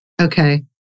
Okay